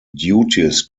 duties